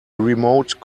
remote